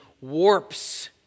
warps